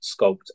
sculpt